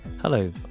Hello